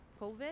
COVID